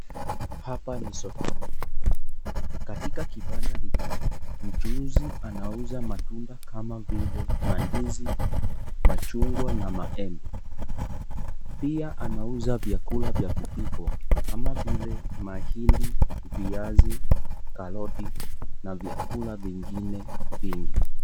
Hapa ni sokoni, katika kibanda hiki mchuuzi anauza mtunda kama vile mandizi, machungwa na maembe, pia anauza vyakula vya kupikwa kama vile mahindi, viazi, karoti na vyakula vingine vingi.